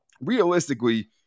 realistically